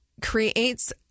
creates